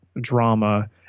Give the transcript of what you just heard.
drama